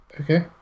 Okay